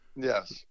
yes